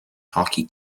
hockey